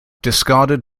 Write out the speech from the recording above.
discarded